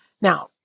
now